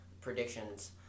predictions